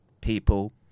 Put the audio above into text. people